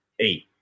Eight